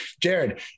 jared